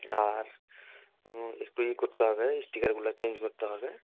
আর একটু ই করতে হবে ওই স্টিকারগুলো চেঞ্জ করতে হবে